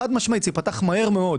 חד משמעית זה ייפתח מהר מאוד